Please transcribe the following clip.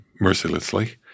mercilessly